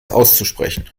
auszusprechen